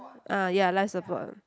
ah ya life support